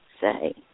say